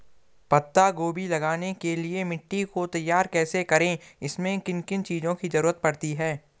पत्ता गोभी लगाने के लिए मिट्टी को तैयार कैसे करें इसमें किन किन चीज़ों की जरूरत पड़ती है?